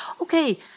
Okay